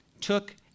took